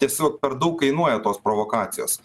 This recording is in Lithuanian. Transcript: tiesiog per daug kainuoja tos provokacijos